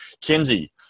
Kinsey